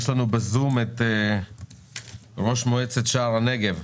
נמצא איתנו בזום ראש מועצת שער הנגב,